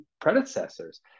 predecessors